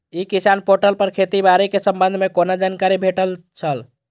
ई किसान पोर्टल पर खेती बाड़ी के संबंध में कोना जानकारी भेटय छल?